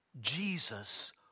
Jesus